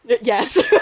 Yes